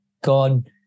God